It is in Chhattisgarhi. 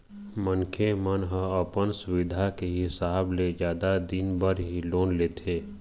मनखे मन ह अपन सुबिधा के हिसाब ले जादा दिन बर ही लोन लेथे